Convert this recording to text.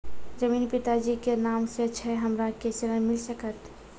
जमीन पिता जी के नाम से छै हमरा के ऋण मिल सकत?